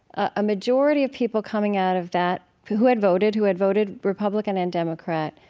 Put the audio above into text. a majority of people coming out of that who who had voted who had voted republican and democrat,